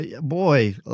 Boy